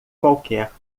qualquer